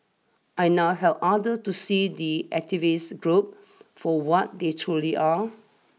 I now help others to see the activist group for what they truly are